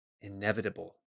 inevitable